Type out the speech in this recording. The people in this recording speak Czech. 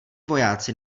vojáci